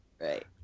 Right